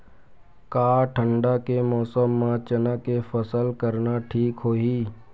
का ठंडा के मौसम म चना के फसल करना ठीक होही?